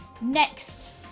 next